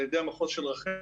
על ידי המחוז של רח"ל